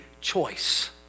choice